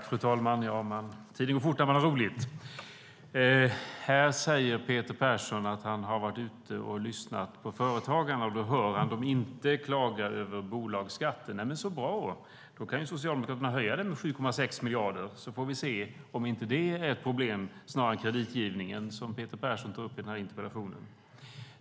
Fru talman! Tiden går fort när man har roligt! Peter Persson säger att han har varit ute och lyssnat på företagarna och inte hört dem klaga över bolagsskatten. Men så bra! Då kan ju Socialdemokraterna höja den med 7,6 miljarder, så får vi se om inte det blir ett större problem än kreditgivningen, som Peter Persson tog upp i interpellationen.